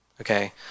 Okay